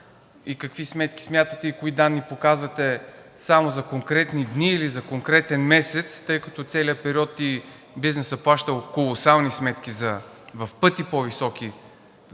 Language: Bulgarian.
какви сметки смятате и кои данни показвате – само за конкретни дни или за конкретен месец, тъй като за целия период бизнесът плаща колосални сметки за електроенергия,